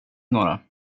några